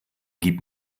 gib